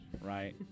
right